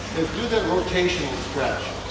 is do the rotational stretch.